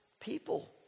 people